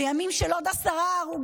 בימים של עוד 10 הרוגים,